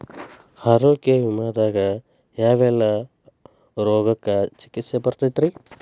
ಆರೋಗ್ಯ ವಿಮೆದಾಗ ಯಾವೆಲ್ಲ ರೋಗಕ್ಕ ಚಿಕಿತ್ಸಿ ಬರ್ತೈತ್ರಿ?